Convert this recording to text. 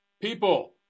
People